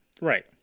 Right